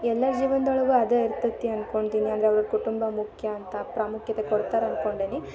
ಎಲ್ಲ ಜೀವನದೊಳಗೂ ಅದೇ ಇರ್ತೈತಿ ಅನ್ಕೊತಿನಿ ಅಂದ್ರೆ ಅವ್ರ ಕುಟುಂಬ ಮುಖ್ಯ ಅಂತ ಪ್ರಾಮುಖ್ಯತೆ ಕೊಡ್ತಾರೆ ಅನ್ಕೊಂಡೇನಿ